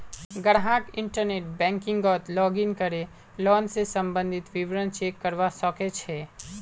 ग्राहक इंटरनेट बैंकिंगत लॉगिन करे लोन स सम्बंधित विवरण चेक करवा सके छै